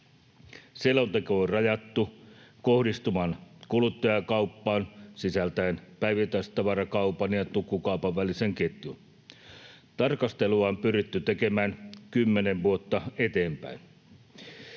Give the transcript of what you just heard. Selonteko on rajattu kohdistumaan kuluttajakauppaan sisältäen päivittäistavarakaupan ja tukkukaupan välisen ketjun. Tarkastelua on pyritty tekemään kymmenen vuotta eteenpäin.